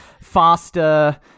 faster